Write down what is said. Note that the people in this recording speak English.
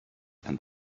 and